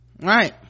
Right